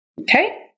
Okay